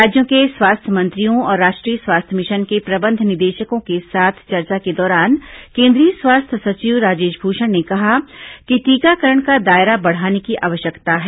राज्यों के स्वास्थ्य मंत्रियों और राष्ट्रीय स्वास्थ्य मिशन के प्रबंध निदेशकों के साथ चर्चा के दौरान केंद्रीय स्वास्थ्य सचिव राजेश भूषण ने कहा कि टीकाकरण का दायरा बढ़ाने की आवश्यकता है